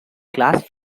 class